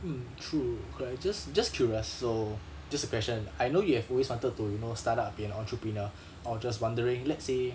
mm true okay just just curious so just a question I know you have always wanted to you know startup be an entrepreneur I was just wandering let's say